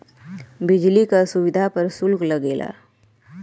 बिजली क सुविधा पर सुल्क लगेला